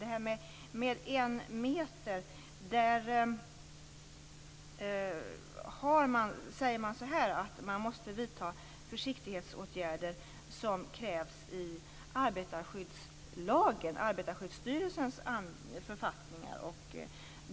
I frågan om ett säkerhetsavstånd på en meter menar SSI att man måste vidta de försiktighetsåtgärder som krävs i arbetarskyddslagen, Arbetarskyddsstyrelsens författningar.